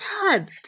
God